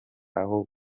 aho